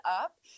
up